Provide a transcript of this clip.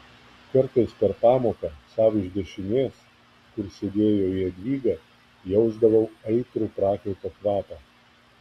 kartais per pamoką sau iš dešinės kur sėdėjo jadvyga jausdavau aitrų prakaito kvapą